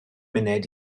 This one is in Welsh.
munud